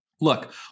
look